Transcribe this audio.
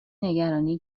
نگرانی